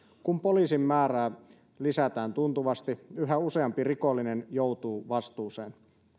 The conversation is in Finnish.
kun poliisien määrää lisätään tuntuvasti yhä useampi rikollinen joutuu vastuuseen